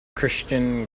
christian